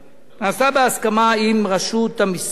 נעשה בהסכמה עם רשות המסים,